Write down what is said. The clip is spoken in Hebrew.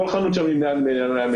כל חנות שם היא בשטח של מעל 100 מטרים.